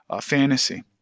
fantasy